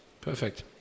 Perfect